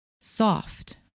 soft